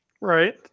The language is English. Right